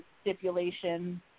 stipulation